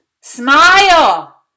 smile